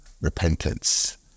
repentance